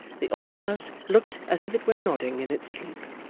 the old house looked as if it were nodding in its sleep.